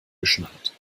geschneit